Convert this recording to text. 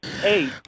hey